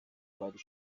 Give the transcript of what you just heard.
bari